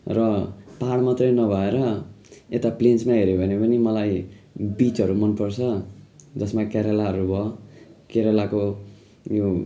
र पहाड मात्रै नभएर यता प्लेन्समा हेऱ्यो भने मलाई बिचहरू मन पर्छ जसमा केरेलाहरू भयो केरेलाको उयो